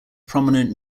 prominent